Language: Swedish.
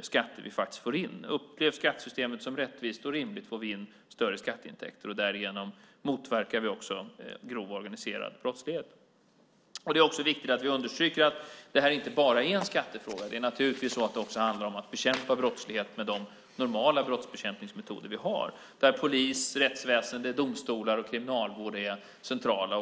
skatter vi faktiskt får in. Upplevs skattesystemet som rättvist och rimligt får vi in större skatteintäkter. Därigenom motverkar vi också grov organiserad brottslighet. Det är också viktigt att understryka att det här inte bara är en skattefråga. Det handlar naturligtvis också om att bekämpa brottslighet med de normala brottsbekämpningsmetoder vi har, där polis, rättsväsende, domstolar och kriminalvård är centrala.